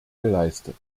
geleistet